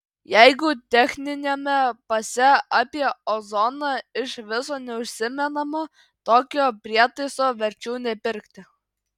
jeigu techniniame pase apie ozoną iš viso neužsimenama tokio prietaiso verčiau nepirkti